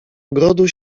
ogrodu